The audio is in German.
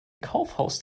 kaufhaus